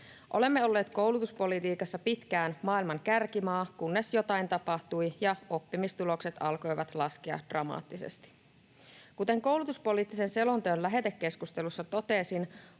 Olemme olleet koulutuspolitiikassa pitkään maailman kärkimaa, kunnes jotain tapahtui ja oppimistulokset alkoivat laskea dramaattisesti. Kuten koulutuspoliittisen selonteon lähetekeskustelussa totesin,